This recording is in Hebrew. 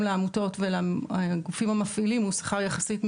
לעמותות ולגופים המפעילים הוא שכר יחסית מינימלי,